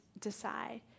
decide